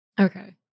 Okay